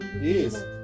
Yes